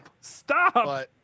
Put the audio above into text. Stop